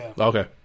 Okay